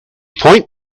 point